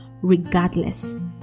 regardless